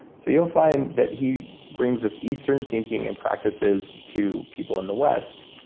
so you'll find that he brings this eastern thinking and practices to people in the west.